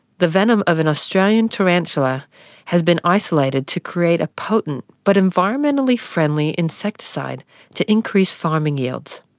the venom of an australian tarantula has been isolated to create a potent but environmentally friendly insecticide to increase farming yields.